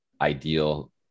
ideal